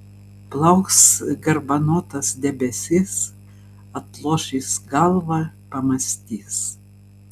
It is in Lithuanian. plauks garbanotas debesis atloš jis galvą pamąstys